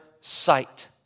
sight